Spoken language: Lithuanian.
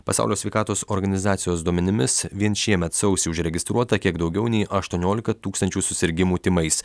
pasaulio sveikatos organizacijos duomenimis vien šiemet sausį užregistruota kiek daugiau nei aštuoniolika tūkstančių susirgimų tymais